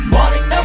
Morning